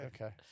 okay